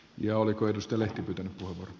ja oliko edustalle piti puhua